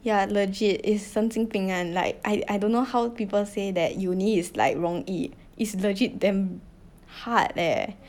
yeah legit is 神经病 [one] like I I don't know how people say that uni is like 容易 is legit damn hard eh